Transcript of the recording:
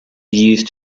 used